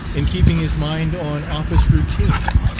in keeping his mind on office-routine.